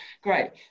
great